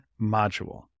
module